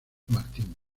martín